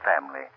family